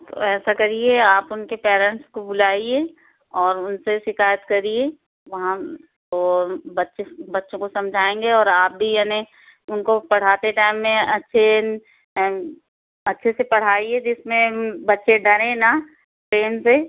तो ऐसा करिए आप उनके पेरेंट्स को बुलाइए और उनसे शिकायत करिए वहाँ तो बच्चे बच्चों को समझाएंगे और आप भी यानि उनको पढ़ाते टाइम में अच्छे अच्छे से पढ़ाइए जिसमें बच्चे डरे न प्रेम से